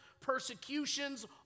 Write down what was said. persecutions